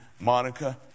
Monica